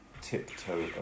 tiptoe